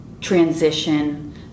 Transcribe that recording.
transition